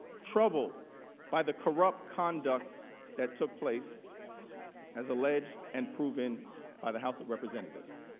troubled by the corrupt conduct that took place as alleged and proven by the house of representatives.